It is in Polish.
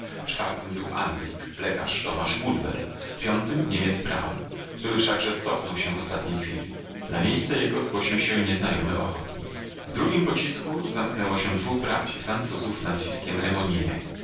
czwartym był anglik lekarz tomasz woodbell piątym niemiec braun który wszakże cofnął się w ostatniej chwili na miejsce jego zgłosił się nieznajomy ochotnik w drugim pocisku zamknęło się dwóch braci francuzów nazwiskiem